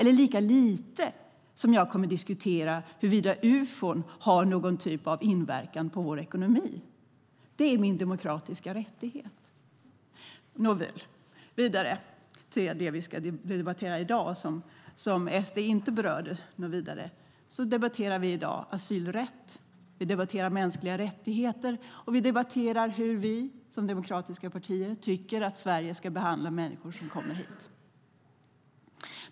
Lika lite kommer jag att diskutera huruvida UFO:n har någon typ av inverkan på vår ekonomi. Det är min demokratiska rättighet. Nåväl, jag går vidare till det vi ska debattera i dag och som SD inte berörde något vidare. Vi debatterar i dag asylrätt, mänskliga rättigheter och hur vi som demokratiska partier tycker att Sverige ska behandla människor som kommer hit.